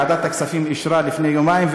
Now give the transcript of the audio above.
ועדת הכספים אישרה לפני יומיים,